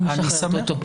אני משחררת אותו.